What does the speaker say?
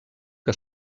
que